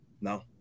No